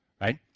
right